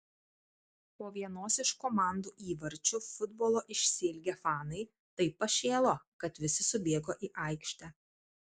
po vienos iš komandų įvarčių futbolo išsiilgę fanai taip pašėlo kad visi subėgo į aikštę